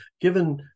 given